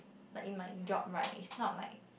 like in my job right is not like